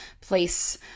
place